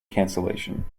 cancellation